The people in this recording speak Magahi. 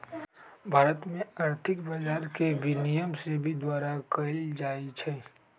भारत में आर्थिक बजार के विनियमन सेबी द्वारा कएल जाइ छइ